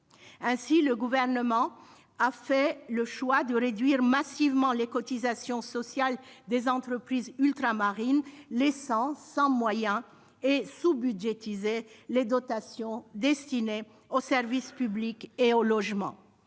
Ainsi, le Gouvernement a fait le choix de réduire massivement les cotisations sociales des entreprises ultramarines, au détriment des dotations destinées aux services publics et au logement,